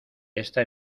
esta